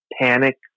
Panic